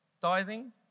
Tithing